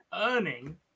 earning